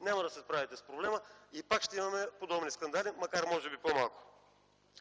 няма да се справите с проблема и пак ще имаме подобни скандали, макар може би по-малко.